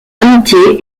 amitié